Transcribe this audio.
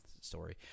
story